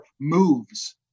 moves